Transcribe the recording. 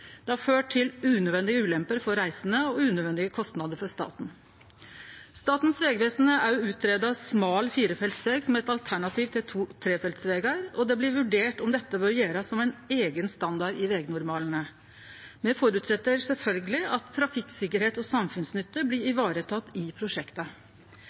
Det har ført til unødvendige ulemper for reisande og unødvendige kostnader for staten. Statens vegvesen har òg greidd ut smal firefelts veg som eit alternativ til to- og trefelts veg, og det blir vurdert om dette bør vere ein eigen standard i vegnormalane. Det føreset sjølvsagt at trafikksikkerheit og samfunnsnytte blir